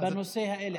בנושאים האלה.